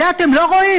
את זה אתם לא רואים?